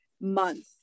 month